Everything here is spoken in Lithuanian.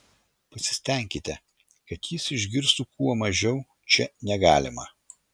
pasistenkite kad jis išgirstų kuo mažiau čia negalima